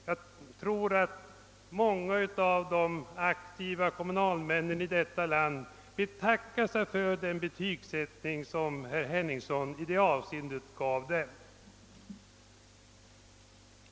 Jag tror att många av de aktiva kommunalmännen i detta land betackar sig för det betyg herr Henningsson i det avseendet gav dem.